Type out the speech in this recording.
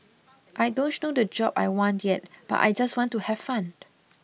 I don't know the job I want yet but I just want to have fun